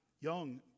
Young